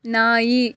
ನಾಯಿ